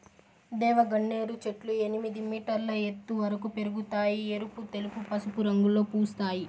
దేవగన్నేరు చెట్లు ఎనిమిది మీటర్ల ఎత్తు వరకు పెరగుతాయి, ఎరుపు, తెలుపు, పసుపు రంగులలో పూస్తాయి